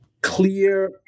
clear